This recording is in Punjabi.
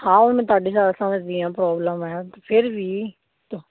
ਹਾਂ ਉਹ ਮੈਂ ਤੁਹਾਡੀ ਗੱਲ ਸਮਝਦੀ ਹਾਂ ਪ੍ਰੋਬਲਮ ਹੈ ਅਤੇ ਫਿਰ ਵੀ